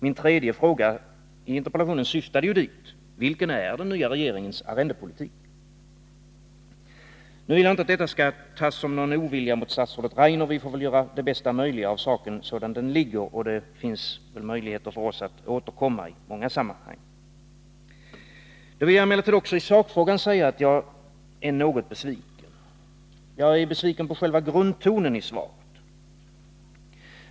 Min tredje fråga i interpellationen syftade ju dit: Vilken är den nya regeringens arrendepolitik? Nu vill jag inte att detta skall tas som någon ovilja mot statsrådet Rainer. Vi kommer att göra det bästa möjliga av saken sådan den ligger. Det finns väl möjligheter för oss att återkomma i många sammanhang. Nu vill jag emellertid också i sakfrågan säga att jag är något besviken. Jag är besviken på själva grundtonen i svaret.